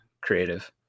creative